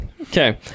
okay